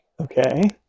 okay